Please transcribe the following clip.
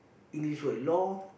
English word loh